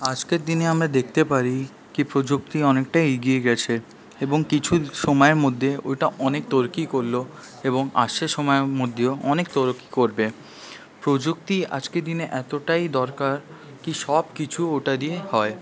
আজকের দিনে আমরা দেখতে পারি কি প্রযুক্তি অনেকটাই এগিয়ে গেছে এবং কিছু সময়ের মধ্যে ওটা অনেক তোরকি করলো এবং আসছে সময়ের মধ্যেও অনেক তোরকি করবে প্রযুক্তি আজকের দিনে এতটাই দরকার কি সব কিছু ওটা দিয়ে হয়